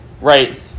right